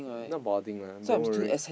not balding lah don't worry